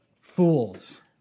fools